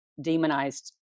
demonized